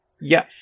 Yes